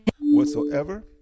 whatsoever